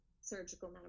surgical